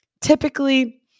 typically